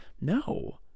No